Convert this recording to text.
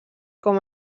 com